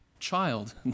child